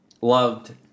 loved